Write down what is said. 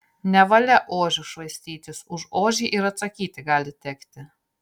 nevalia ožiu švaistytis už ožį ir atsakyti gali tekti